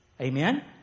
Amen